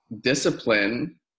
discipline